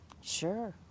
sure